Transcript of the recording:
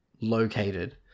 located